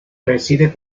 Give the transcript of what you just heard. reside